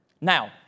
Now